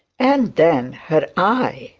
and then her eye,